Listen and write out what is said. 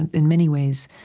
in many ways,